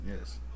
yes